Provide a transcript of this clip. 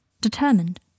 Determined